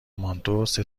مانتو، سه